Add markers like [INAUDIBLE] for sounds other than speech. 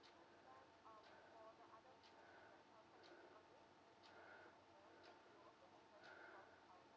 [BREATH]